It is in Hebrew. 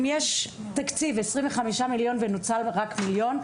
אם יש תקציב 25 מיליון ונוצל רק מיליון,